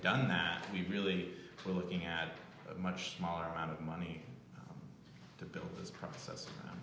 done that we really are looking at a much smaller amount of money to build